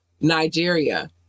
nigeria